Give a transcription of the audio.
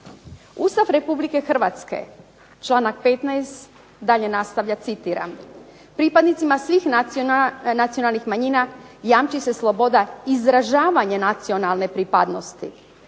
Ustav Republike Hrvatske, članak 15. dalje nastavlja, citiram: Pripadnicima svih nacionalnih manjina jamči se sloboda izražavanja nacionalne pripadnosti